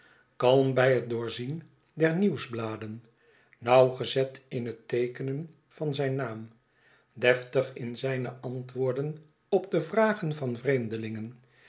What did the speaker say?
kalm bij het doorzien der nieuwsbladen nauwgezet in het teekenen van zijn naam deftig in zijne antwoorden op de vragen van vreemdelingen